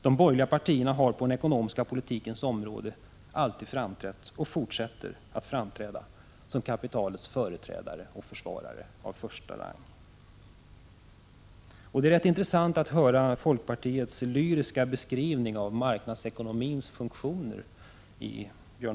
De borgerliga partierna har på den ekonomiska politikens område alltid framträtt, och framträder fortfarande, som kapitalets företrädare och försvarare av första rang. Det var intressant att i Björn Molins tal nyss få höra folkpartiets lyriska beskrivning av marknadsekonomins funktioner.